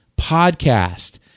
podcast